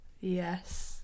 Yes